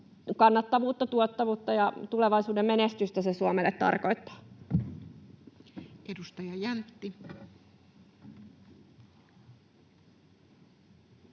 kannattavuutta, tuottavuutta ja tulevaisuuden menestystä se Suomelle tarkoittaa. [Speech 650]